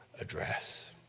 ADDRESS